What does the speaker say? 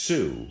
Sue